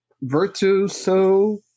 Virtuoso